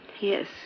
Yes